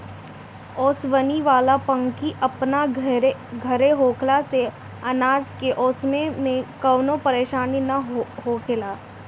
ओसवनी वाला पंखी अपन घरे होखला से अनाज के ओसाए में कवनो परेशानी ना होएला